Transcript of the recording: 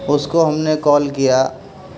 اس کو ہم نے کال کیا